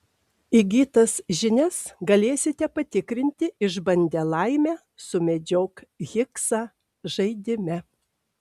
įgytas žinias galėsite patikrinti išbandę laimę sumedžiok higsą žaidime